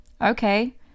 okay